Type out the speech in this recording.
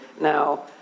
now